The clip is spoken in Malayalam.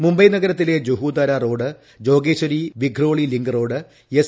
മുംബൈ നഗരത്തിലെ Juhu Tara road Jogeshwari Vikhroli link road S